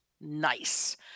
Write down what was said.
Nice